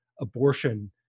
abortion